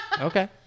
Okay